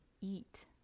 eat